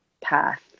path